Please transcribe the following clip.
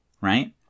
right